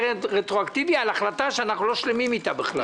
רטרואקטיבי על החלטה שאנחנו לא שלמים איתה בכלל.